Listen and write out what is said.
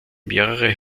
mehrere